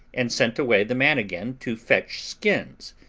and sent away the man again to fetch skins,